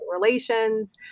relations